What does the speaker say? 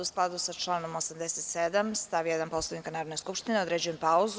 U skladu sa članom 87. stav 1. Poslovnika Narodne skupštine, određujem pauzu.